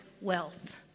wealth